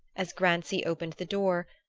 as grancy opened the door,